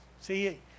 See